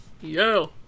Yo